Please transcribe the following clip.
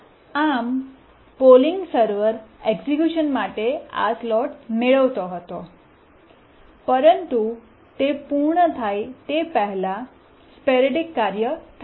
આમ polling server execution માટે આ સ્લોટ મેળવતો હતો પરંતુ તે પૂર્ણ થાય તે પહેલાં સ્પોરૈડિક કાર્ય થાય છે